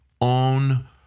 own